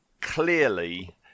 clearly